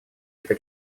это